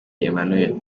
emmanuel